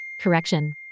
Correction